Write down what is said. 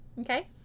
Okay